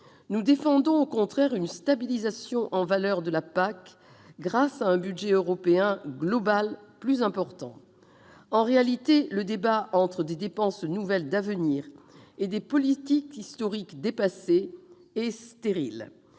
Nous défendons au contraire une stabilisation en valeur de la PAC grâce un budget européen global plus important. En réalité, le débat entre prétendues dépenses nouvelles d'avenir et politiques historiques dépassées est stérile